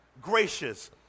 Gracious